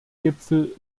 gipfel